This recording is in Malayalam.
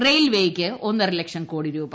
റെയിൽവേയ്ക്ക് ഒന്നരലക്ഷം കോടി രൂപ